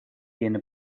yeni